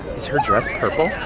is her dress purple?